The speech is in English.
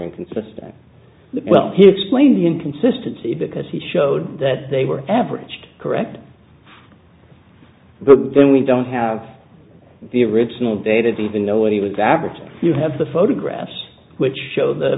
inconsistent well he explained the inconsistency because he showed that they were averaged correct then we don't have the original data to even know what he was average and you have the photographs which show the